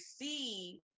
see